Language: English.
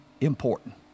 important